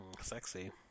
Sexy